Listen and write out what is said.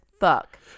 fuck